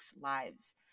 lives